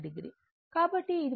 కాబట్టి ఇది 39